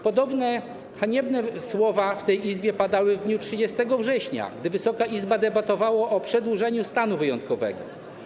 Podobne haniebne słowa w tej Izbie padały w dniu 30 września, gdy Wysoka Izba debatowała o przedłużeniu stanu wyjątkowego.